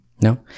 no